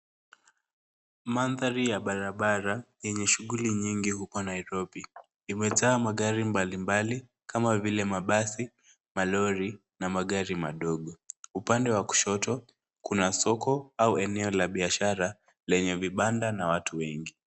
Mandhari ya barabara yenye shughuli nyingi huko Nairobi. Imejaa magari mbalimbali kama vile mabasi, malori na magari madogo. Upande wa kushoto, kuna soko au eneo la biashara lenye vibanda na watu wengi.